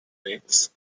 veils